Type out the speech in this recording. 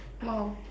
!wow!